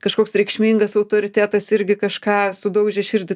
kažkoks reikšmingas autoritetas irgi kažką sudaužė širdį